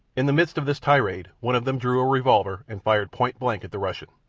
in the midst of this tirade one of them drew a revolver and fired point-blank at the russian.